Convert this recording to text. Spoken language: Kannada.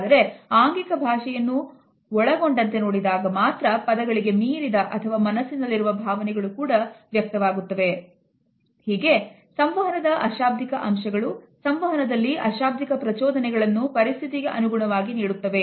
ಆದರೆ ಆಂಗಿಕ ಭಾಷೆ ಎಂಬುದು ಸಂವಹನದ ಅಶಾಬ್ದಿಕ ಅಂಶಗಳಿಗೆ ಸಾಮಾನ್ಯ ಮನುಷ್ಯನ ನೀಡಿರುವ ಉಕ್ತಿಯಾಗಿದೆ